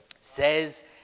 says